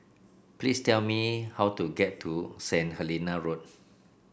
please tell me how to get to St Helena Road